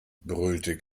brüllte